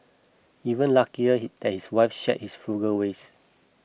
even luckier he that his wife shared his frugal ways